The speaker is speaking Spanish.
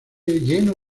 lleno